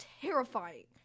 terrifying